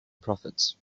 profits